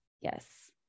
Yes